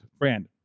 Brand